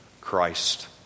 Christ